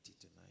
tonight